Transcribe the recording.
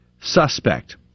suspect